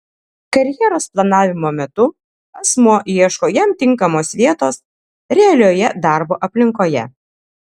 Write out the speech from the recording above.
karjeros planavimo metu asmuo ieško jam tinkamos vietos realioje darbo aplinkoje